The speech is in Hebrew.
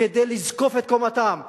כדי לזקוף את קומתם,